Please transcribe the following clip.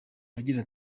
agira